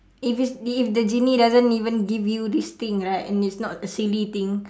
if it's if the genie doesn't even give you this thing right and it's not a silly thing